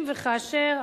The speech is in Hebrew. אם וכאשר,